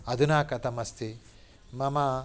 अधुना कथम् अस्ति मम